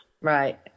Right